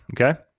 Okay